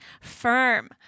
firm